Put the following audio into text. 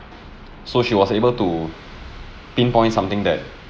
so she was able to pinpoint something that